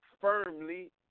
firmly